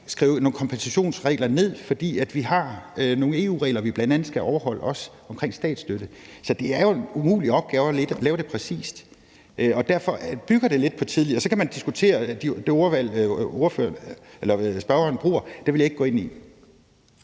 skrive nogen kompensationsregler ned, fordi vi bl.a. også har nogle EU-regler omkring statsstøtte, vi skal overholde. Så det er jo en umulig opgave at lave det præcist, og derfor bygger det lidt på tillid. Og så kan man diskutere det ordvalg, spørgeren bruger – det vil jeg ikke gå ind i.